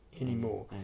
anymore